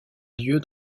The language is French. lieu